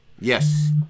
Yes